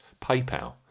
PayPal